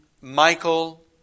Michael